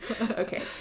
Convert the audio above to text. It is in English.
Okay